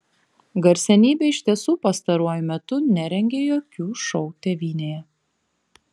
garsenybė iš tiesų pastaruoju metu nerengė jokių šou tėvynėje